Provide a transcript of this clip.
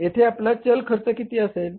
येथे आपला चल खर्च किती असेल